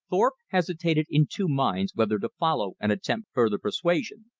thorpe hesitated in two minds whether to follow and attempt further persuasion,